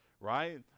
right